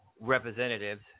representatives